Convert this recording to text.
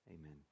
Amen